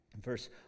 verse